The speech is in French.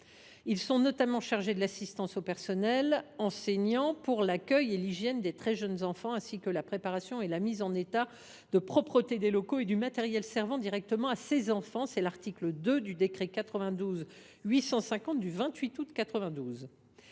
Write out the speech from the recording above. Ils sont notamment « chargés de l’assistance au personnel enseignant pour l’accueil et l’hygiène des très jeunes enfants ainsi que de la préparation et la mise en état de propreté des locaux et du matériel servant directement à ces enfants », d’après l’article 2 du décret n° 92 850 du 28 août 1992